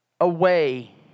away